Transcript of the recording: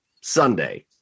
Sunday